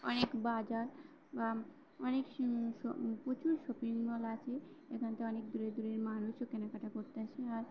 অনেক বাজার বা অনেক প্রচুর শপিং মল আছে এখান থেকে অনেক দূরের দূরের মানুষও কেনাকাটা করতে আসে আর